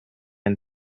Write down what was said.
and